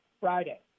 Friday